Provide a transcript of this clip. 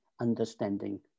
understanding